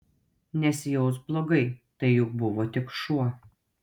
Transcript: nesijausk blogai tai juk buvo tik šuo